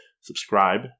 subscribe